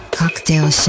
cocktail